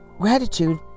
Gratitude